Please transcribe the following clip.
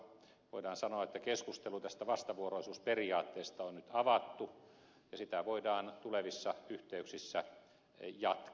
voidaan sanoa että keskustelu tästä vastavuoroisuusperiaatteesta on nyt avattu ja sitä voidaan tulevissa yhteyksissä jatkaa